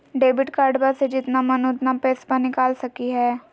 Debit कार्डबा से जितना मन उतना पेसबा निकाल सकी हय?